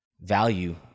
value